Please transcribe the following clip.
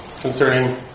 concerning